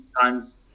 times